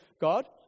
God